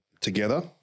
together